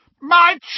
My